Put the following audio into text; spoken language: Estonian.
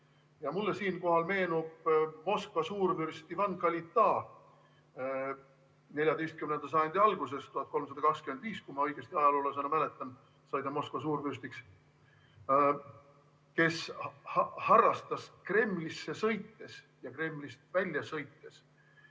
Mulle siinkohal meenub Moskva suurvürst Ivan Kalita 14. sajandi algusest. 1325, kui ma ajaloolasena õigesti mäletan, sai ta Moskva suurvürstiks, kes harrastas Kremlisse sõites ja Kremlist välja sõites